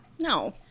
No